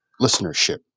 listenership